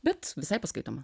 bet visai paskaitoma